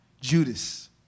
Judas